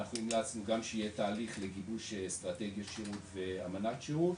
אנחנו המלצנו גם שיהיה תהליך לגיבוש אסטרטגיית שירות ואמנת שירות